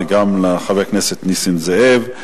וגם לחבר הכנסת נסים זאב.